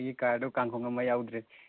ꯑꯩꯒꯤ ꯀꯥꯔꯗꯣ ꯀꯥꯡꯈꯣꯡ ꯑꯃ ꯌꯥꯎꯗ꯭ꯔꯦ